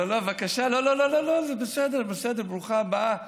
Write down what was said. בבקשה, לא, לא, זה בסדר, ברוכה הבאה.